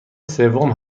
سوم